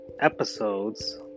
episodes